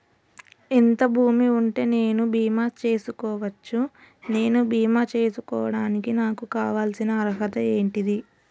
ఎంత భూమి ఉంటే నేను బీమా చేసుకోవచ్చు? నేను బీమా చేసుకోవడానికి నాకు కావాల్సిన అర్హత ఏంటిది?